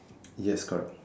yes correct